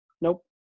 Nope